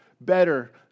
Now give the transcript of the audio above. better